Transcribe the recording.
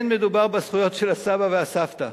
לא מדובר בזכויות של הסבא והסבתא.